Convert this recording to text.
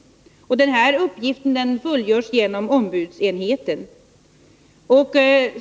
Den uppgiften fullgörs av ombudsenheten.